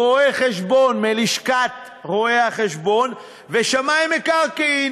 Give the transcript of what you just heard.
רואי-חשבון מלשכת רואי-החשבון ושמאי מקרקעין